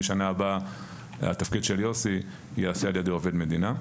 משנה הבאה התפקיד של יוסי יעשה על ידי עובד מדינה.